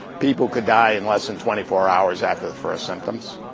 people could die in less than twenty four hours after the first symptoms.